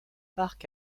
parc